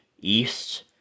East